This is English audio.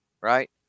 right